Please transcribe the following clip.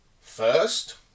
first